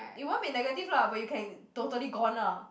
it won't be negative lah but you can totally gone lah